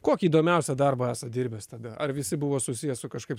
kokį įdomiausią darbą esat dirbęs tada ar visi buvo susiję su kažkaip